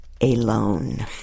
alone